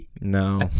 No